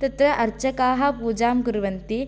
तत्र अर्चकाः पूजां कुर्वन्ति